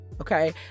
Okay